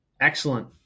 Excellent